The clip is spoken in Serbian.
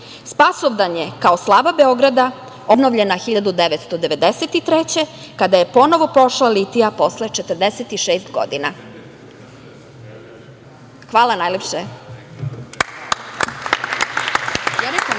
Spasovdan je kao slava Beograda obnovljena 1993. godine, kada je ponovo pošla litija posle 46 godina. Hvala najlepše.